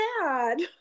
sad